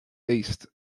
east